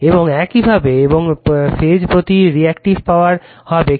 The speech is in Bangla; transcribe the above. এবং একইভাবে এবং ফেজ প্রতি রিঅ্যাকটিভ পাওয়ার হবে Q p Vp I p sin